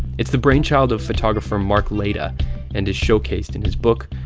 it's the brainchild of photographer mark laita and is showcased in his book,